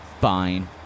Fine